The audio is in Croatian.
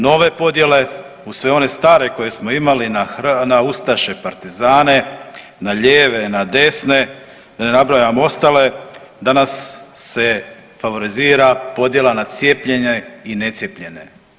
Nove podjele uz sve one stare koje smo imali na ustaše, partizane, na lijeve, na desne, da ne nabrajam ostale, da nas se favorizira podjela na cijepljene i necijepljene.